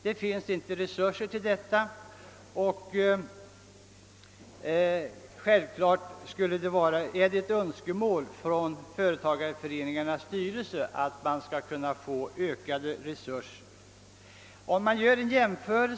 Det saknas emellertid resurser, men det är självklart att företagareföreningarnas styrelser önskar få ökade anslag.